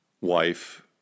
wife